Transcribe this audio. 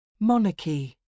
Monarchy